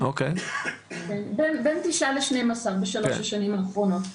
בין 12%-9% בשלוש השנים האחרונות,